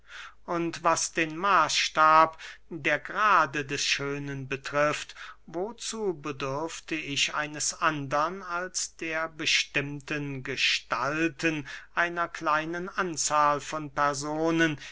und was den maßstab der grade des schönen betrifft wozu bedürfte ich eines andern als der bestimmten gestalten einer kleinen anzahl von personen